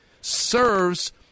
serves